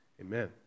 Amen